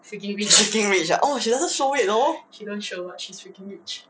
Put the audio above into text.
freaking rich ah oh she doesn't show it though